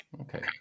okay